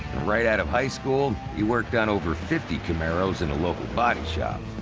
right out of high school, he worked on over fifty camaros in a local body-shop.